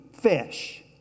Fish